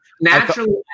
Naturally